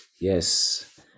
Yes